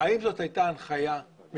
צריך לראות האם זאת הייתה הנחיה מגבוה,